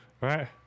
right